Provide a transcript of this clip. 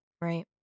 Right